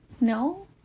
No